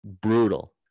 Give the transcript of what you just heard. brutal